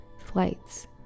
Flights